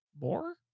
more